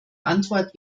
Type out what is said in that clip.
antwort